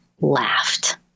laughed